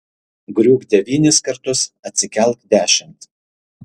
griūk devynis kartus atsikelk dešimt